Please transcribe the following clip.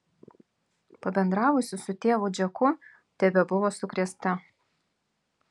pabendravusi su tėvu džeku tebebuvo sukrėsta